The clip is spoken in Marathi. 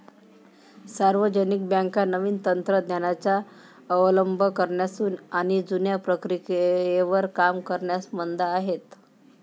सार्वजनिक बँका नवीन तंत्र ज्ञानाचा अवलंब करण्यास आणि जुन्या प्रक्रियेवर काम करण्यास मंद आहेत